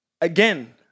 again